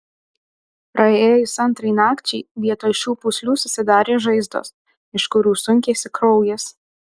praėjus antrai nakčiai vietoj šių pūslių susidarė žaizdos iš kurių sunkėsi kraujas